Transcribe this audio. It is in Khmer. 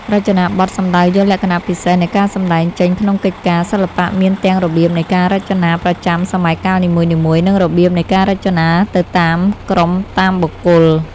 រចនាបថ សំដៅយកលក្ខណៈពិសេសនៃការសម្តែងចេញក្នុងកិច្ចការ សិល្បៈ មានទាំងរបៀបនៃការរចនាប្រចាំសម័យកាលនីមួយៗ និងរបៀបនៃការរចនាទៅតាមក្រុមតាមបុគ្គល។